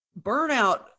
Burnout